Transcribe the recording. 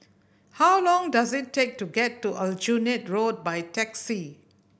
how long does it take to get to Aljunied Road by taxi